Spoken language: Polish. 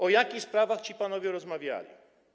O jakich sprawach ci panowie rozmawiali?